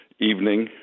evening